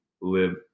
live